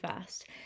first